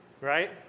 right